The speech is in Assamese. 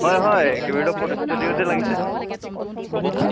হয় হয় কে বি ৰোডৰ ফটো ষ্টুডিঅ'তে লাগিছে ক'বহো